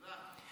תודה.